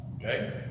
okay